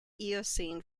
eocene